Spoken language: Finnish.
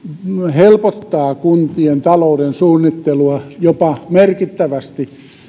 helpottaa kuntien talouden suunnittelua jopa merkittävästi